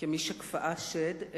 כמי שכפאה שד,